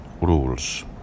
Rules